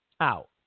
out